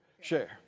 share